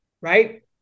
right